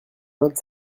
vingt